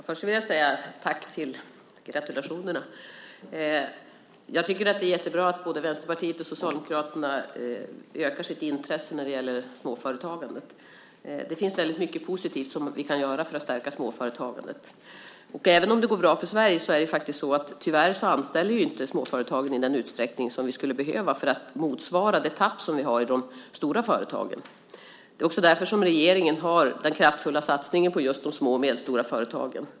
Herr talman! Först vill jag tacka för gratulationerna. Jag tycker att det är jättebra att både Vänsterpartiet och Socialdemokraterna ökar sitt intresse när det gäller småföretagandet. Det finns väldigt mycket positivt som vi kan göra för att stärka småföretagandet. Även om det går bra för Sverige så anställer tyvärr inte småföretagen i den utsträckning som vi skulle behöva för att motsvara det tapp som vi har i de stora företagen. Det är också därför som regeringen har den kraftfulla satsningen på just de små och medelstora företagen.